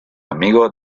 amigo